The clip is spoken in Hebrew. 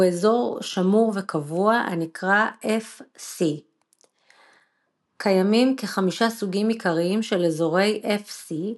אזור שמור וקבוע הנקרא Fc. קיימים כחמישה סוגים עיקריים של אזורי Fc,